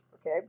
okay